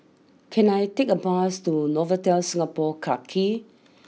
can I take a bus to Novotel Singapore Clarke Quay